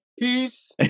Peace